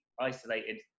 isolated